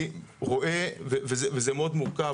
אני רואה וזה מאוד מורכב,